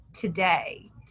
today